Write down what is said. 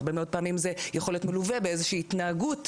הרבה מאוד פעמים זה יכול להיות מלווה באיזו שהיא התנהגות,